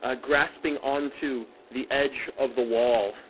ah grasping onto the edge of the wall,